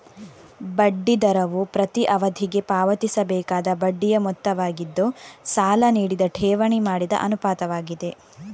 ಬಡ್ಡಿ ದರವು ಪ್ರತಿ ಅವಧಿಗೆ ಪಾವತಿಸಬೇಕಾದ ಬಡ್ಡಿಯ ಮೊತ್ತವಾಗಿದ್ದು, ಸಾಲ ನೀಡಿದ ಠೇವಣಿ ಮಾಡಿದ ಅನುಪಾತವಾಗಿದೆ